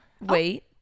wait